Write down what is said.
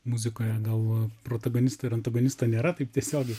muzikoje gal protagonisto ir antagonisto nėra taip tiesiogiai